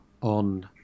on